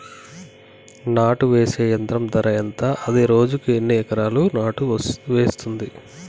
నాటు వేసే యంత్రం ధర ఎంత? అది రోజుకు ఎన్ని ఎకరాలు నాటు వేస్తుంది?